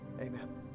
Amen